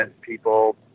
people